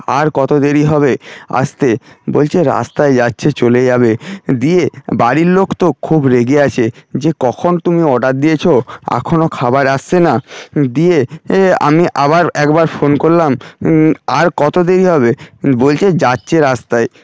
আর কত দেরি হবে আসতে বলছে রাস্তায় যাচ্ছে চলে যাবে দিয়ে বাড়ির লোক তো খুব রেগে আছে যে কখন তুমি অর্ডার দিয়েছ এখনও খাবার আসছে না দিয়ে আমি আবার একবার ফোন করলাম আর কত দেরি হবে বলছে যাচ্ছে রাস্তায়